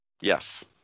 Yes